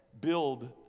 build